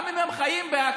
גם אם הם חיים בהכחשה,